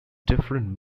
different